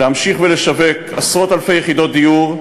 להמשיך ולשווק עשרות אלפי יחידות דיור,